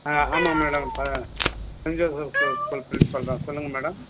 ஆ ஆமாம் மேடம் இப்போ saint Joseph school school principal தான் சொல்லுங்கள் மேடம்